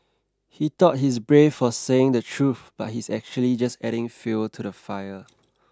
he thought he's brave for saying the truth but he's actually just adding fuel to the fire